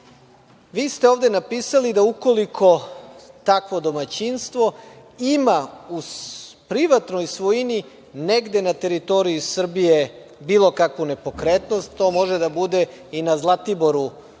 ste ovde napisali da ukoliko takvo domaćinstvo ima u privatnoj svojini negde na teritoriji Srbije bilo kakvu nepokretnost, to može da bude i na Zlatiboru